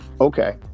okay